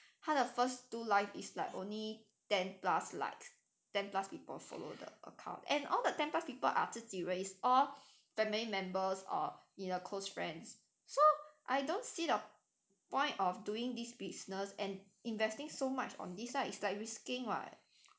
他的 first two live is like only ten plus likes ten plus people follow the account and all the ten plus people are 自己人 is all family members or 你的 close friends so I don't see the point of doing this business and investing so much on this lah it's like risking [what]